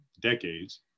decades